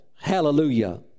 Hallelujah